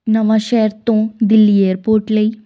ਨਵਾਂਸ਼ਹਿਰ ਤੋਂ ਦਿੱਲੀ ਏਅਰਪੋਰਟ ਲਈ